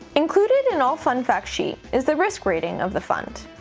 included in all fund facts sheets is the risk rating of the fund,